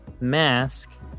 mask